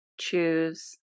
choose